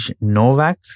Novak